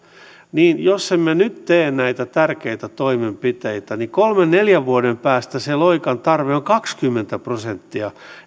ja jos emme nyt tee näitä tärkeitä toimenpiteitä niin kolmen neljän vuoden päästä sen loikan tarve on kaksikymmentä prosenttia